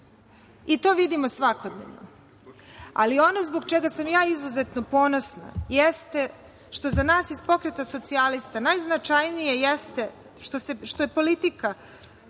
I to vidimo svakodnevno. Ono zbog čega sam izuzetno ponosna jeste što za nas i Pokreta socijalista najznačajnije jeste što je politika